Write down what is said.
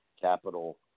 capital